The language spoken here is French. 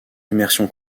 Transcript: immersion